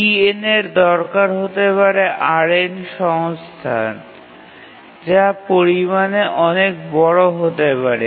Tn এর দরকার হতে পারে Rn সংস্থান যা পরিমানে অনেক বড় হতে পারে